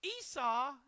Esau